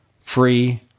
free